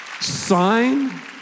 sign